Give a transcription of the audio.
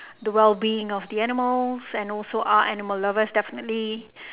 the well being of the animals and also are animal lovers definitely